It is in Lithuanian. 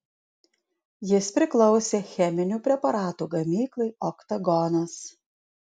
jis priklausė cheminių preparatų gamyklai oktagonas